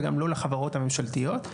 וגם לא לחברות הממשלתיות.